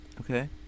Okay